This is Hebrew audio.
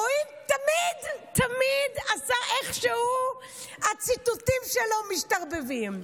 רואים תמיד, תמיד, איכשהו הציטוטים שלו משתרבבים.